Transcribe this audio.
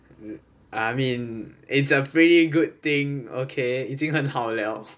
I mean it's a pretty good thing okay 已经很好了